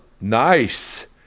Nice